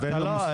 לא,